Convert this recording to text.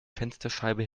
fensterscheibe